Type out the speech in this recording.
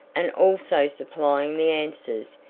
and also supplying the answers,